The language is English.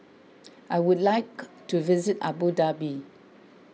I would like to visit Abu Dhabi